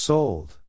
Sold